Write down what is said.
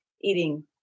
eating